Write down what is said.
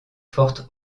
forte